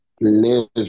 live